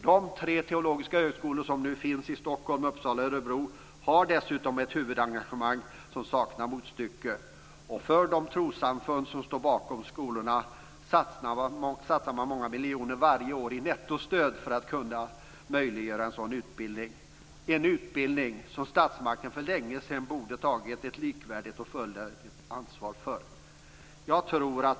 De tre teologiska högskolor som nu finns i Stockholm, Uppsala och Örebro har dessutom ett huvudengagemang som saknar motstycke. De trossamfund som står bakom skolorna satsar många miljoner varje år i nettostöd för att möjliggöra en sådan utbildning - en utbildning som statsmakten för länge sedan borde ha tagit ett likvärdigt och fullödigt ansvar för.